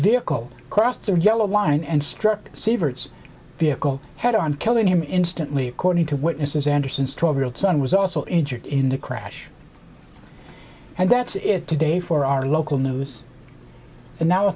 vehicle crossed the yellow line and struck sieverts vehicle head on killing him instantly according to witnesses anderson's twelve year old son was also injured in the crash and that's it today for our local news and now